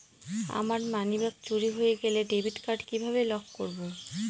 আমার মানিব্যাগ চুরি হয়ে গেলে ডেবিট কার্ড কিভাবে লক করব?